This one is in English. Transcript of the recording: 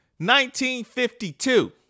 1952